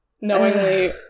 Knowingly